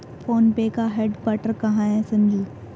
Phone पे का headquarter कहां है संजू?